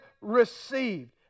received